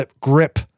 grip